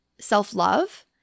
self-love